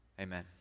Amen